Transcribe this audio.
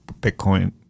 Bitcoin –